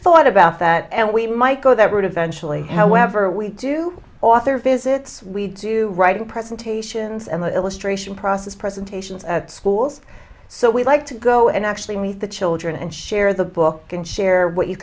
thought about that and we might go that route eventually however we do author visits we do writing presentations and illustration process presentations at schools so we like to go and actually meet the children and share the book and share what you